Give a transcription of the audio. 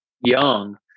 young